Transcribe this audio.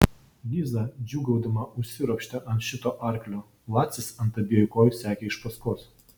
liza džiūgaudama užsiropštė ant šito arklio lacis ant abiejų kojų sekė iš paskos